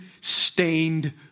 stained